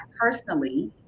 personally